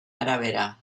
arabera